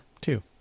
two